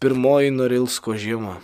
pirmoji norilsko žiema